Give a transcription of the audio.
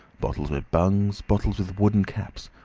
bottles with bungs, bottles with wooden caps,